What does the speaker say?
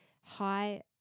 high